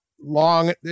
long